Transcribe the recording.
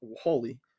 holy